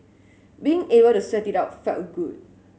being able to sweat it out felt good